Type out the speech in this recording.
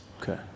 Okay